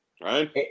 right